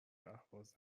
اهواز